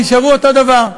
נשארו אותו דבר.